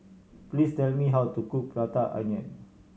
please tell me how to cook Prata Onion